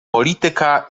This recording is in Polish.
polityka